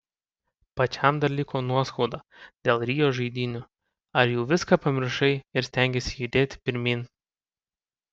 pačiam dar liko nuoskauda dėl rio žaidynių ar jau viską pamiršai ir stengiesi judėti pirmyn